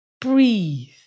breathe